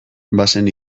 bazen